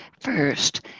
first